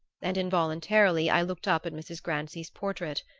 and involuntarily i looked up at mrs. grancy's portrait.